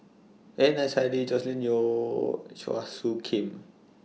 Adnan Saidi Joscelin Yeo and Chua Soo Khim